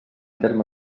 terme